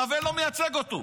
נווה לא מייצג אותו.